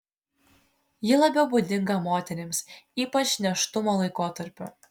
ji labiau būdinga moterims ypač nėštumo laikotarpiu